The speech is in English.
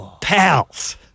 pals